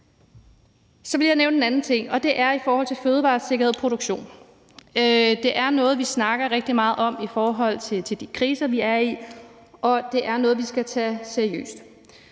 Så vil jeg nævne en anden ting, og det er i forhold til fødevaresikkerhed og -produktion. Det er noget, vi snakker rigtig meget om i forhold til de kriser, vi er i, og det er noget, vi skal tage seriøst.